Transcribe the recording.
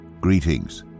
Greetings